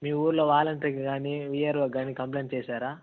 మీ ఊరిలో వాలంటరీకి కానీ వీఆర్ఓకి కానీ కంప్లెయింట్ చేసారా